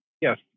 yes